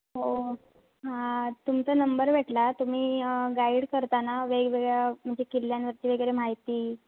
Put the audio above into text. हो हां तुमचा नंबर भेटला तुम्ही गाईड करता ना वेगवेगळ्या म्हणजे किल्ल्यांवरती वगैरे माहिती